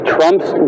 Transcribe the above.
Trump's